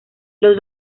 los